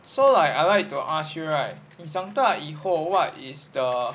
so like I like to ask you right 你长大以后 what is the